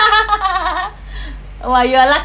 !wah! you are lucky